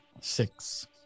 Six